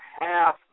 half